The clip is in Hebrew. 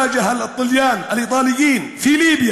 שאמר עומר אל-מוח'תאר לאיטלקים בלוב: